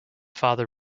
father